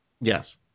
yes